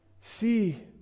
See